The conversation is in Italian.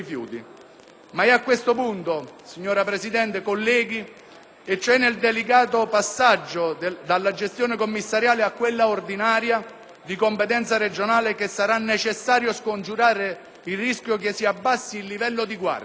Ma è a questo punto, signora Presidente e colleghi, e cioè nel delicato passaggio dalla gestione commissariale a quella ordinaria, di competenza regionale, che sarà necessario scongiurare il rischio che si abbassi il livello di guardia.